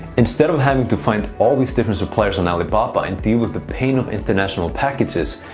instead of having to find all these different suppliers on alibaba and deal with the pain of international packages,